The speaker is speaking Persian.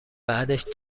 بعدش